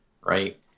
right